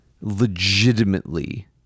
legitimately